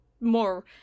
more